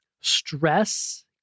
stress